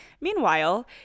Meanwhile